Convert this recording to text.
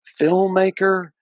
filmmaker